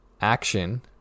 action